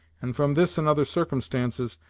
and from this and other circumstances,